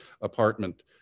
apartment